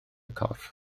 corff